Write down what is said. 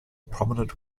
prominent